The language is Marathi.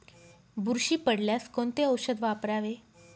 बुरशी पडल्यास कोणते औषध वापरावे?